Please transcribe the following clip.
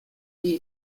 est